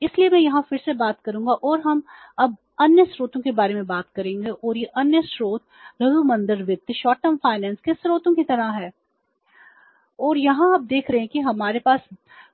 और यहां आप देख रहे हैं कि हमारे पास